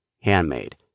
handmade